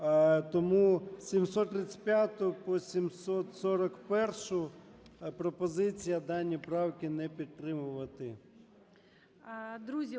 Тому 735-у по 741-у пропозиція дані правки не підтримувати.